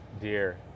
deer